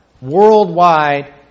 worldwide